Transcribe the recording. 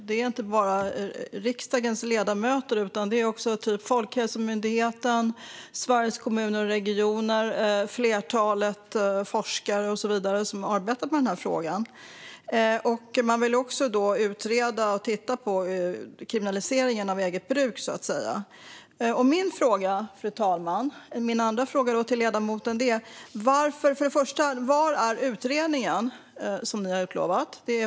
Det är inte bara riksdagens ledamöter, utan det är också Folkhälsomyndigheten, Sveriges Kommuner och Regioner, ett flertal forskare och så vidare som har arbetat med frågan. De vill också utreda och titta på kriminaliseringen av eget bruk. Då vill jag fråga ledamoten: Var är den utredning som ni har utlovat?